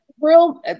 real